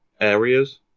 areas